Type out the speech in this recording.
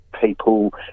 people